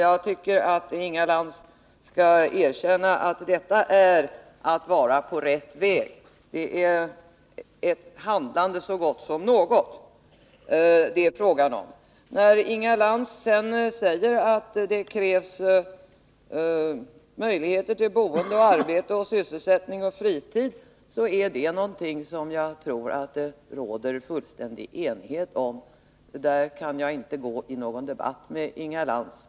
Jag tycker att Inga Lantz skall erkänna att detta är att vara på rätt väg. Det är ett handlande så gott som något! Inga Lantz säger att det krävs möjligheter till boende, arbete eller annan sysselsättning, och meningsfull fritid, och det är något som jag tror att det råder fuliständig enighet om. Där kan jag inte gå in i någon debatt med Inga Lantz.